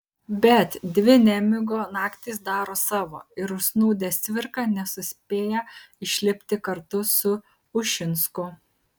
bet dvi nemigo naktys daro savo ir užsnūdęs cvirka nesuspėja išlipti kartu su ušinsku